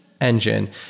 engine